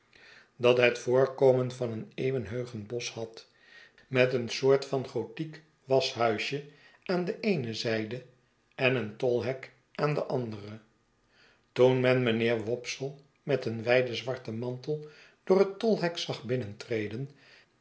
dat het voorkomen van een eeuwenheugend bosch had met een soort van gothiek waschhuisje aan de eene zljde en een tolhek aan de andere toen men mijnheer wopsle met een wijden zwarten mantel door het tolhek zag binnentreden